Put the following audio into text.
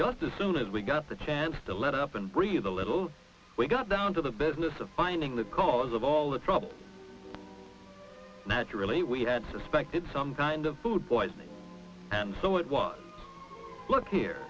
this soon as we got the chance to let up and breathe a little we got down to the business of finding the cause of all the problems naturally we had suspected some kind of food poisoning and so it was like here